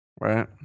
right